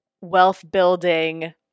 wealth-building